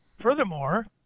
Furthermore